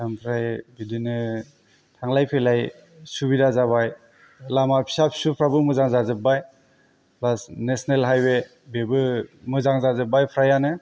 ओमफ्राय बिदिनो थांलाय फैलाय सुबिदा जाबाय लामा फिसा फिसौफ्राबो मोजां जाजोबबाय नेशनेल हाइवे बेबो मोजां जाजोबबाय फ्राय आनो